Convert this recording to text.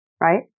right